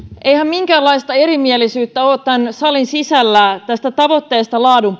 eihän minkäänlaista erimielisyyttä ole tämän salin sisällä tästä laadun